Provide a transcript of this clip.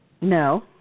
No